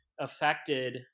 affected